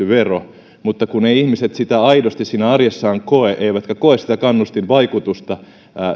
vero ihmiset eivät aidosti arjessaan koe sitä kannustinvaikutusta